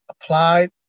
applied